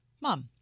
Mom